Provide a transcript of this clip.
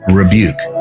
rebuke